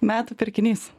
metų pirkinys